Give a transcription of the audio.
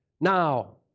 Now